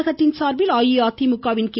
தமிழகத்தின் சார்பில் அஇஅதிமுகவின் கே